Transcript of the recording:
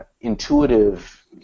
intuitive